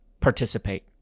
participate